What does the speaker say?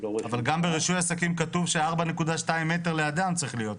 אבל גם ברישוי עסקים כתוב ש-4.2 מטר לאדם צריך להיות.